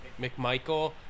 McMichael